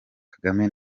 kagame